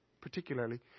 particularly